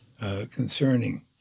concerning